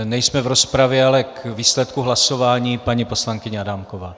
Nejsme v rozpravě, ale k výsledku hlasování paní poslankyně Adámková.